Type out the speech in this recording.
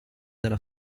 della